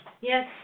Yes